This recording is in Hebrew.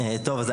שלום,